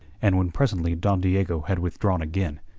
and when presently don diego had withdrawn again,